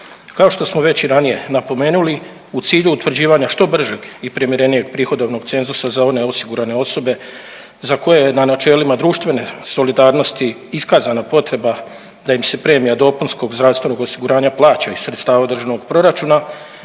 Kao što smo već i ranije napomenuli u cilju utvrđivanja što bržeg i primjerenijeg prihodovnog cenzusa za one osigurane osobe za koje na načelima društvene solidarnosti iskazana potreba da im se premija dopunskog zdravstvenog osiguranja plaća iz sredstava državnog proračuna